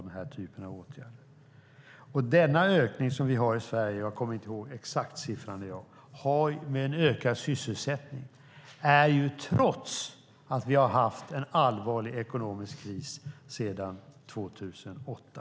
Denna ökning av sysselsättningen som vi har i Sverige - jag kommer inte ihåg den exakta siffran - har vi trots att vi har haft en allvarlig ekonomisk kris sedan 2008.